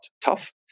tough